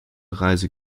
reise